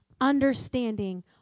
understanding